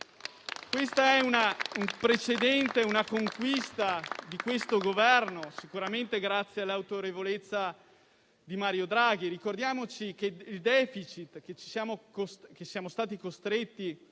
È un precedente, una conquista di questo Governo, sicuramente grazie all'autorevolezza di Mario Draghi. Ricordiamoci che il *deficit* che siamo stati costretti